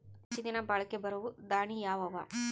ಹೆಚ್ಚ ದಿನಾ ಬಾಳಿಕೆ ಬರಾವ ದಾಣಿಯಾವ ಅವಾ?